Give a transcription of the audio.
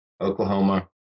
oklahoma